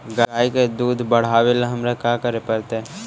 गाय के दुध बढ़ावेला हमरा का करे पड़तई?